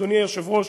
אדוני היושב-ראש,